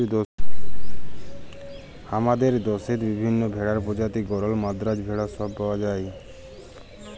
হামাদের দশেত বিভিল্য ভেড়ার প্রজাতি গরল, মাদ্রাজ ভেড়া সব পাওয়া যায়